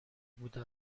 بوده